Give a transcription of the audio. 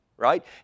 right